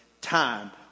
time